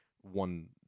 one